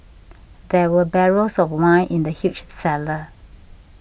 there were barrels of wine in the huge cellar